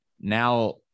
Now